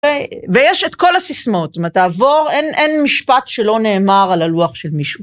ויש את כל הסיסמאות, זאת אומרת תעבור, אין משפט שלא נאמר על הלוח של מישהו.